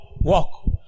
walk